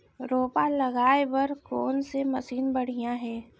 रोपा लगाए बर कोन से मशीन बढ़िया हे?